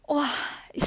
!wah! is